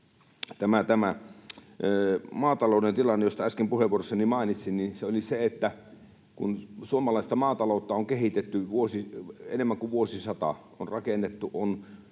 maatalouden tilanne, josta äsken puheenvuorossani mainitsin. Se oli se, että suomalaista maataloutta on kehitetty enemmän kuin vuosisata,